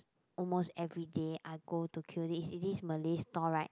almost everyday I go to queue this is this Malay stall right